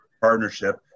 partnership